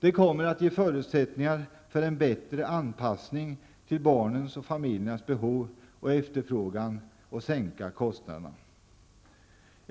Det kommer att ge förutsättningar för en bättre anpassning till barnens och familjernas behov och efterfrågan, och det kommer dessutom att sänka kostnaderna.